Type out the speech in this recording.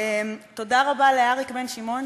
תודה רבה לאריק בן שמעון,